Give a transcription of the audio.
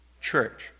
Church